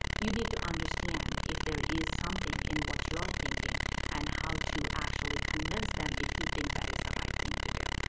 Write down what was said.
you need to understand if there is something in what you're thinking and how to actually convince them if you think that is the right thing to do.